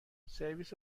سرویس